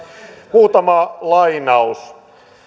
muutama lainaus